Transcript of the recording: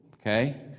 okay